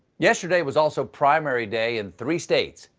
yesterday was also primary day in three states.